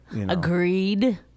Agreed